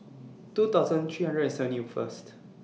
two thousand three hundred and seventy First